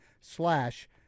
slash